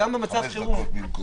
תחליפי אותי 5 דקות ממקומך.